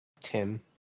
Tim